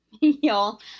y'all